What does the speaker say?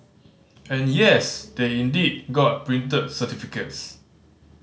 and yes they indeed got printed certificates